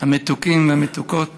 המתוקים והמתוקות